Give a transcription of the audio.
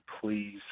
please